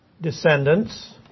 descendants